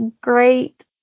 Great